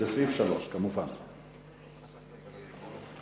לסעיף 3. ההסתייגות של קבוצת סיעת רע"ם-תע"ל לסעיף 3 לא נתקבלה.